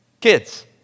Kids